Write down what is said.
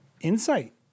insight